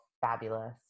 fabulous